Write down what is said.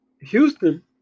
Houston